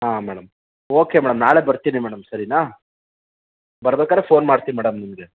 ಹಾಂ madam okay madam ನಾಳೆ ಬರ್ತೀನಿ ಮೇಡಮ್ ಸರೀನಾ ಬರ್ಬೇಕಾದ್ರೆ ಫೋನ್ ಮಾಡ್ತೀನಿ ಮೇಡಮ್ ನಿಮಗೆ